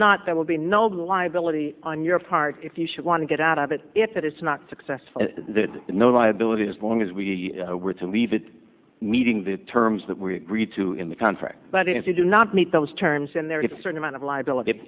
not there will be no liability on your part if you should want to get out of it if it's not successful there's no liability as long as we were to leave it meeting the terms that we read to in the contract but if you do not meet those terms and there is a certain amount of liability if